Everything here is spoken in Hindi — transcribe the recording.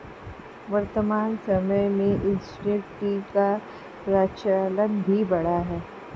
वर्तमान समय में इंसटैंट टी का प्रचलन भी बढ़ा है